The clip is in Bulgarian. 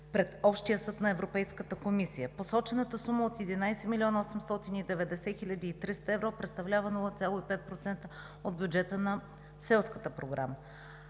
пред Общия съд на Европейската комисия. Посочената сума от 11 млн. 890 хил. 300 евро представлява 0,5% от бюджета на Селската програма.